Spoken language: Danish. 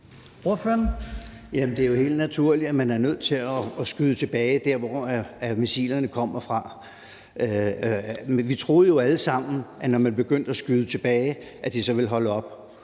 det er jo helt naturligt, at man er nødt til at skyde tilbage mod der, hvor missilerne kommer fra. Vi troede jo alle sammen, når vi begyndte at skyde tilbage, at de så ville holde op.